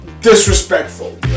disrespectful